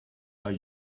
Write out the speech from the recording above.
are